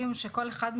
בין משרד הבריאות,